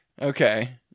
Okay